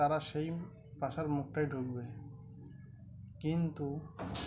তারা সেই বাসার মুখটাই ঢুকবে কিন্তু